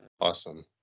Awesome